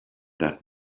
that